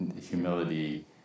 humility